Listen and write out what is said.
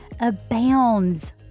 abounds